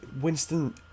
Winston